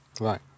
right